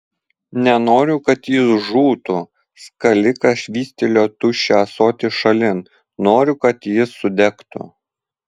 nenoriu kad jis žūtų skalikas švystelėjo tuščią ąsotį šalin noriu kad jis sudegtų